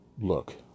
look